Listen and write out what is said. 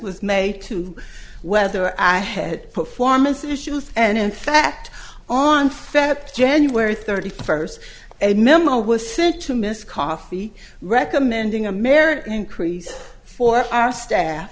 was made to whether i had performance issues and in fact on fed january thirty first a memo was sent to miss coffey recommending a merit increase for our staff